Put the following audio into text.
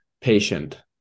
patient